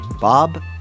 Bob